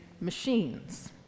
machines